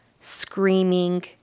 Screaming